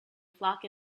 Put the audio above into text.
flock